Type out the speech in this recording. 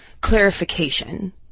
clarification